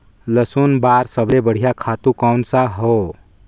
लसुन बार सबले बढ़िया खातु कोन सा हो?